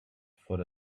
for